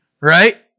right